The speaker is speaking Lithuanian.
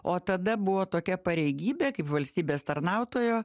o tada buvo tokia pareigybė kaip valstybės tarnautojo